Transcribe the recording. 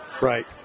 Right